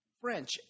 French